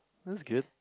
looks good